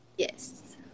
Yes